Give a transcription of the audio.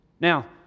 Now